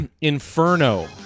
Inferno